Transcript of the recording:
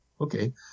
okay